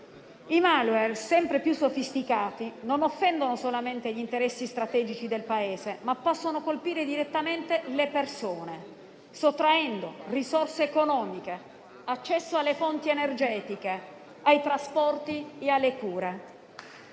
I *malware*, sempre più sofisticati, non solo offendono gli interessi strategici del Paese, ma possono anche colpire direttamente le persone, sottraendo loro risorse economiche, accesso alle fonti energetiche, ai trasporti e alle cure.